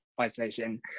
isolation